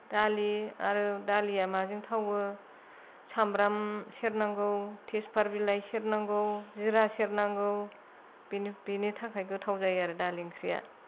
दालि आरो दालिया माजों थावो सामब्राम सेरनांगौ तेजपात बिलाइ सेरनांगौ जिरा सेरनांगौ बेनि थाखाय गोथाव जायो आरो दालि ओंख्रिया